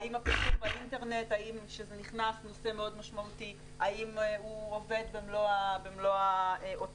האם הפרסום באינטרנט שנכנס כנושא מאוד משמעותי עובד במלוא העוצמה?